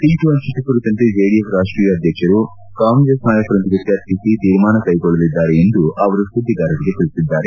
seat ಪಂಚಿಕೆ ಕುರಿತಂತೆ JDS ರಾಷ್ಲೀಯ ಅಧ್ಯಕ್ಷರು ಕಾಂಗ್ರೆಸ್ ನಾಯಕರೊಂದಿಗೆ ಚರ್ಚಿಸಿ ತೀರ್ಮಾನ ಕೈಗೊಳ್ಳಲಿದ್ದಾರೆ ಎಂದು ಅವರು ಸುದ್ಗಿಗಾರರಿಗೆ ತಿಳಿಸಿದ್ದಾರೆ